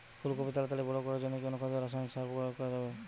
ফুল কপি তাড়াতাড়ি বড় করার জন্য কি অনুখাদ্য ও রাসায়নিক সার ব্যবহার করা যাবে?